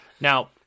now